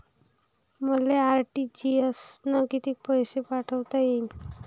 मले आर.टी.जी.एस न कितीक पैसे पाठवता येईन?